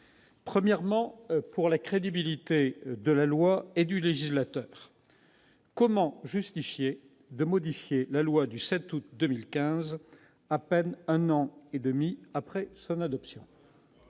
tient à la crédibilité de la loi et du législateur. Comment justifier la modification de la loi du 7 août 2015 à peine un an et demi après son adoption ?